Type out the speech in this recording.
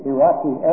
Iraqi